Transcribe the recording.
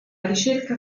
ricerca